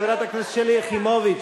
חברת הכנסת שלי יחימוביץ,